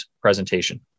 presentation